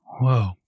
whoa